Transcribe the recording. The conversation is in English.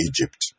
Egypt